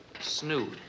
Snood